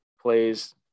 plays